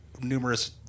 numerous